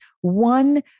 one